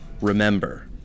Remember